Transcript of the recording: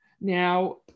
Now